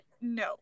no